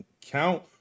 count